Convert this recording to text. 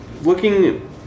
Looking